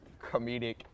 comedic